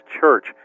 church